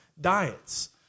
diets